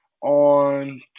on